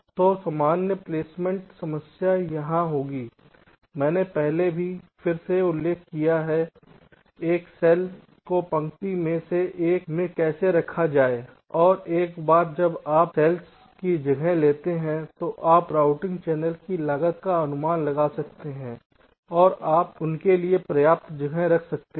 तो सामान्य प्लेसमेंट समस्या यहां होगी मैंने पहले भी फिर से उल्लेख किया है एक सेल को पंक्तियों में से एक में कैसे रखा जाए और एक बार जब आप इन सेल्स में जगह लेते हैं तो आप रूटिंग चैनलों की लागत का अनुमान लगा सकते हैं और आप उसके लिए पर्याप्त जगह रख सकते हैं